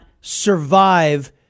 survive